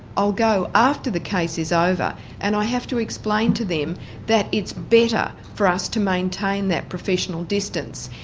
i'll go after the case is over and i have to explain to them that it's better for us to maintain that professional distance.